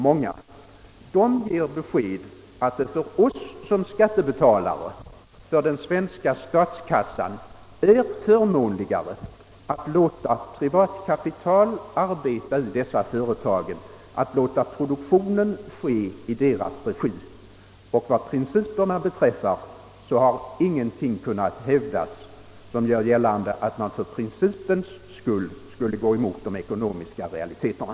Dessa fakta ger besked om att det för oss som skattebetalare, för den svenska statskassan, är förmånligare att låta privatkapital arbeta i ifrågavarande företag och att alltså låta produktionen ske i privat regi. Och vad principerna beträffar har ingenting kunnat andragas som ger vid handen att man för principens skull borde gå emot de ekonomiska realiteterna.